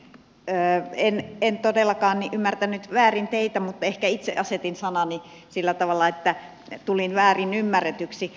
edustaja lohi en todellakaan ymmärtänyt väärin teitä mutta ehkä itse asetin sanani sillä tavalla että tulin väärin ymmärretyksi